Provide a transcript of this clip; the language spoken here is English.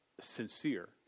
sincere